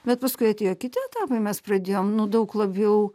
bet paskui atėjo kiti etapai mes pradėjom nu daug labiau